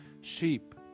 sheep